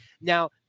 Now